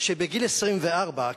שבגיל 24,